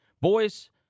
Boys